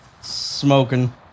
Smoking